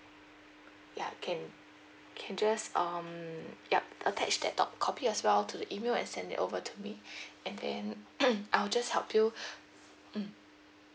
ya can can just um yup attach that doc~ copy as well to the email and send it over to me and then I'll just help you mm